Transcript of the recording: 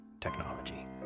technology